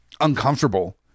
uncomfortable